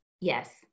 Yes